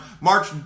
March